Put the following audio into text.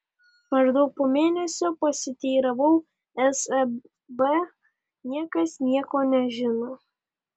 maždaug po mėnesio pasiteiravau seb niekas nieko nežino